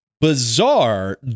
bizarre